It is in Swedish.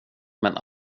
men